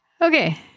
Okay